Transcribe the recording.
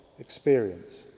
Experience